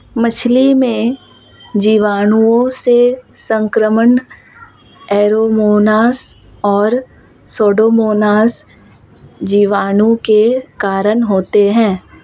मछली में जीवाणुओं से संक्रमण ऐरोमोनास और सुडोमोनास जीवाणु के कारण होते हैं